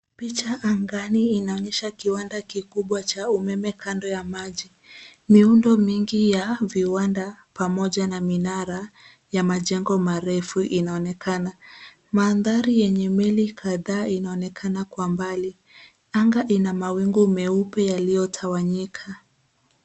Picha angani inaonyesha kiwanda kikubwa cha umeme kando ya maji. Miundo mingi ya viwanda, pamoja na minara ya majengo marefu inaonekana. Mandhari yenye meli kadhaa inaonekana kwa mbali. Anga ina mawingu meupe yaliyotawanyika.